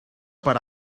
per